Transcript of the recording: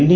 D